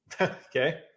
Okay